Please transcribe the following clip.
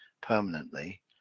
permanently